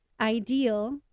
ideal